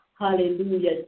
Hallelujah